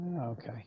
Okay